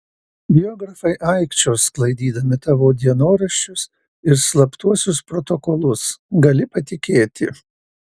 biografai aikčios sklaidydami tavo dienoraščius ir slaptuosius protokolus gali patikėti